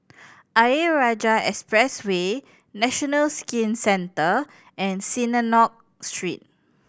Ayer Rajah Expressway National Skin Centre and Synagogue Street